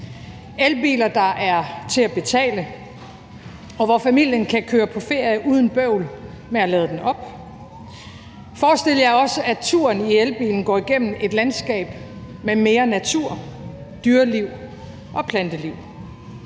elbiler, der er til at betale, og hvor familien kan køre på ferie uden bøvl med at lade den op. Forestil jer også, at turen i elbilen går gennem et landskab med mere natur, dyreliv og planteliv: